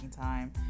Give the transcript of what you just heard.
time